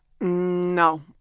No